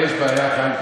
יש בעיה כאן.